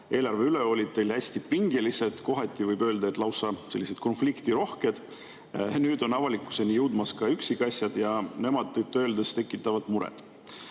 eelarve üle olid teil hästi pingelised, kohati võib öelda, et lausa konfliktirohked. Nüüd on avalikkuseni jõudmas ka üksikasjad ja need tõtt-öelda tekitavad muret.